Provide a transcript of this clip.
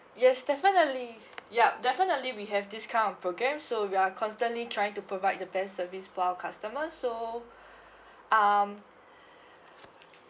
yes definitely yup definitely we have discount program so we're constantly trying to provide the best service for our customer so um